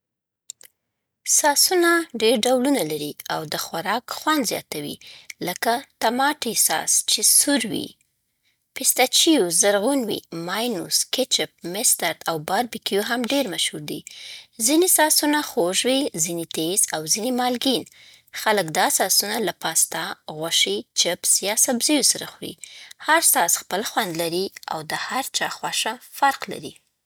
ساسونه ډېر ډولونه لري، او د خوراک خوند زیاتوي لکه ټماټي ساس چې سور وي، پیستو چې زرغون وي. میونیز، کیچپ، مسترد او باربیکیو هم ډېر مشهور دي. ځینې ساسونه خوږ وي، ځینې تېز، او ځینې مالګین. خلک دا ساسونه له پاستا، غوښې، چپس، یا سبزیو سره خوري. هر ساس خپل خوند لري، او د هر چا خوښه فرق لري.